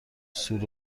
سور